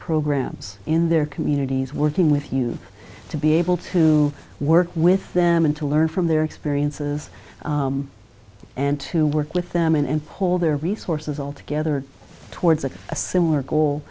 programs in their communities working with you to be able to work with them and to learn from their experiences and to work with them and pull their resources all together towards a similar goal